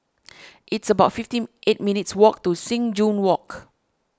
it's about fifty eight minutes' walk to Sing Joo Walk